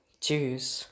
cheers